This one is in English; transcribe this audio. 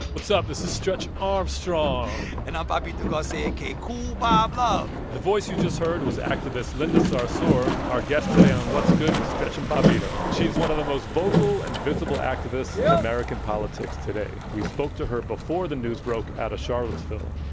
what's up? this is stretch armstrong and i'm bobbito garcia, aka kool bob love the voice you just heard was activist linda sarsour, our guest today on what's good with stretch and bobbito. she's one of the most vocal and visible activists in american politics today. we spoke to her before the news broke out of charlottesville,